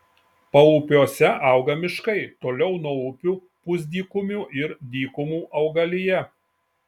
paupiuose auga miškai toliau nuo upių pusdykumių ir dykumų augalija